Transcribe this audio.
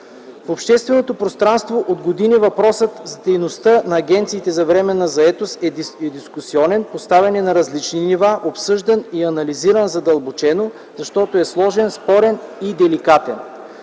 В общественото пространство от години въпросът с дейността на агенциите за временна заетост е дискусионен, поставян е на различни нива, обсъждан и анализиран задълбочено, защото е сложен, спорен и деликатен.